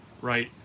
right